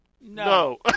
no